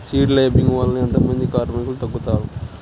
Seed లేంబింగ్ వల్ల ఎంత మంది కార్మికులు తగ్గుతారు?